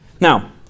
Now